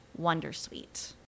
wondersuite